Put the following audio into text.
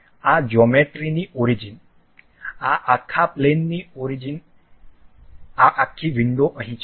જો કે આ જ્યોમેટ્રીની ઓરીજીન આ આખા પ્લેનની ઓરીજીન આ આખી વિંડો અહીં છે